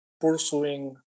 pursuing